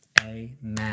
Amen